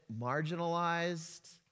marginalized